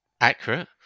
Accurate